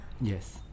yes